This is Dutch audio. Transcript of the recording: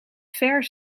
ver